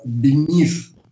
beneath